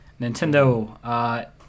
Nintendo